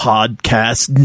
Podcast